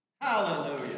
Hallelujah